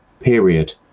period